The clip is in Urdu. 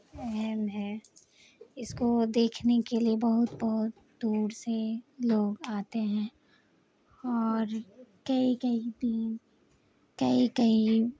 مہم ہے اس کو دیکھنے کے لیے بہت بہت دور سے لوگ آتے ہیں اور کئی کئی دن کئی کئی